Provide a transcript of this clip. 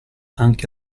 anche